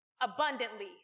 abundantly